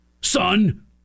son